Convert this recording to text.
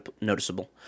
noticeable